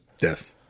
Yes